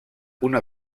una